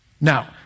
Now